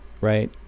right